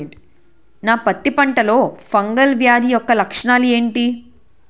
నా పత్తి పంటలో ఫంగల్ వ్యాధి యెక్క లక్షణాలు ఏంటి?